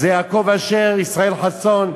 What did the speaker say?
הם יעקב אשר, ישראל חסון,